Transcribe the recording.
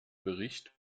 bericht